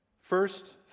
First